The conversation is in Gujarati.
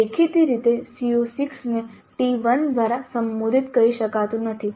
દેખીતી રીતે CO6 ને T1 દ્વારા સંબોધિત કરી શકાતું નથી